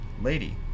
Lady